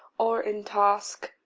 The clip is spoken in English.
or in task,